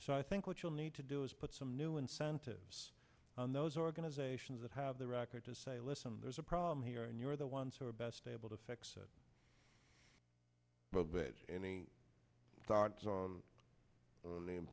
so i think what you'll need to do is put some new incentives on those organizations that have the record to say listen there's a problem here and you're the ones who are best able to fix any thoughts on